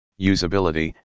usability